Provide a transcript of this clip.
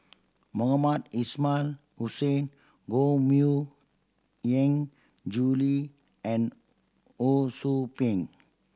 Mohamed Ismail Hussain Koh Mui Hiang Julie and Ho Sou Ping